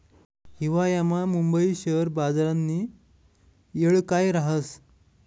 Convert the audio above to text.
हिवायामा मुंबई शेयर बजारनी येळ काय राहस